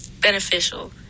beneficial